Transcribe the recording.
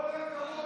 כל הכבוד לך,